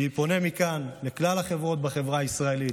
אני פונה מכאן לכלל החברות בחברה הישראלית,